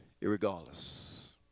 irregardless